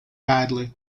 badly